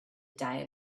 diet